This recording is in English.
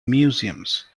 museums